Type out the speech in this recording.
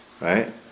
Right